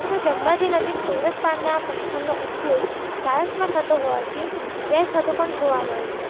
તેમજ અંબાજી નજીક ફ્લોરસ પાણના પથ્થરનો ઉપયોગ ટાઇલ્સમાં થતો હોવાથી વ્યય થતો પણ જોવા મળે છે